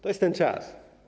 To jest ten czas.